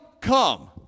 come